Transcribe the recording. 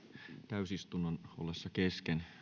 täysistunnon ollessa kesken